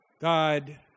God